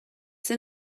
zen